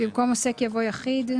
במקום "עוסק" יבוא "יחיד".